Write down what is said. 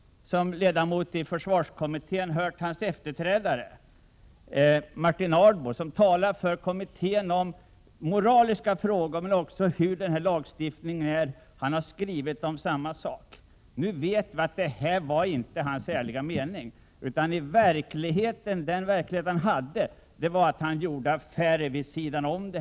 Som ledamot av försvarskommittén har jag hört hans efterträdare, Martin Ardbo, som inför kommittén talade om moraliska frågor, men också om hur lagstiftningen fungerar. Han hade också skrivit om samma sak. Nu vet vi att vad han sade inte var hans ärliga mening. I verkligheten gjorde han affärer vid sidan om.